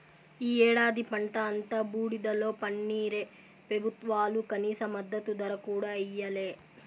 ఈ ఏడాది పంట అంతా బూడిదలో పన్నీరే పెబుత్వాలు కనీస మద్దతు ధర కూడా ఇయ్యలే